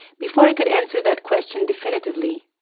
before i could answer that question definitively,